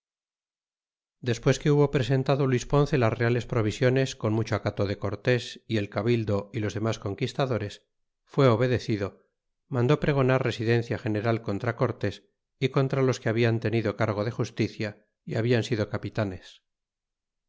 despees que hubo presentado luis ponce las reales provisiones con mucho acato de cortés y el cabildo y los demas conquistadores fué obedecido mandó pregonar residencia general contra cortés y contra los que hablan tenido cargo de justicia y habian sido capitanes